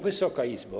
Wysoka Izbo!